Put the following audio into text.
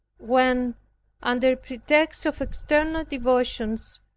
when under pretext of external devotions,